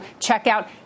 checkout